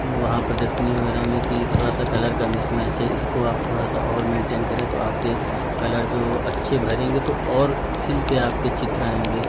वहाँ प्रदर्शनी वगैरह में कि थोड़ा सा कलर का मिस मैच है इसको आप थोड़ा सा और मेन्टेन करें तो आपके कलर जो अच्छे भरेंगे तो और खिल के आपके चित्र आएँगे